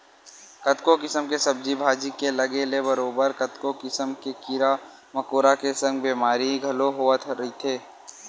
कतको किसम के सब्जी भाजी के लगे ले बरोबर कतको किसम के कीरा मकोरा के संग बेमारी घलो होवत रहिथे